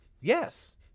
Yes